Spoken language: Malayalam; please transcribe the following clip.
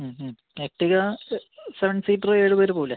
എർട്ടിഗ സെവൻ സീറ്റർ ഏഴ് പേർ പോവില്ലേ